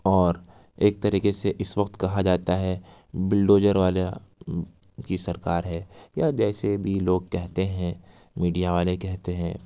اور ایک طریقے سے اس وقت کہا جاتا ہے بلڈوزر والا کی سرکار ہے یا جیسے بھی لوگ کہتے ہیں میڈیا والے کہتے ہیں